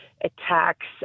attacks